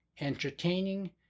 entertaining